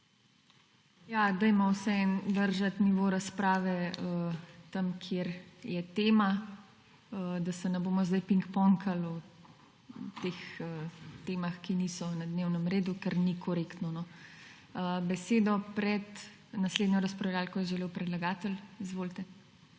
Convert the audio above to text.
Dajmo vseeno držati nivo razprave tam, kjer je tema, da se ne bomo pingpongali o teh temah, ki niso na dnevnem redu, ker ni korektno. Besedo pred naslednjo razpravljavko je želel predlagatelj. Izvolite.